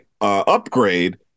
upgrade